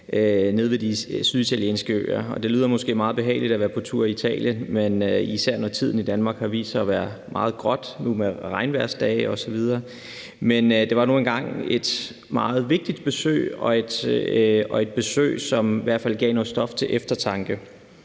ved de syditalienske øer. Og det lyder måske meget behageligt at være på tur i Italien – især når tiden i Danmark har vist sig at være meget grå, nu med regnvejrsdage osv. – men det var nu engang et meget vigtigt besøg og et besøg, som i hvert fald gav noget stof til eftertanke.